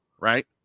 right